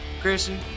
christian